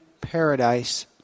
paradise